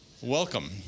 welcome